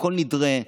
כל נדרי,